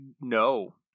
No